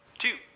two,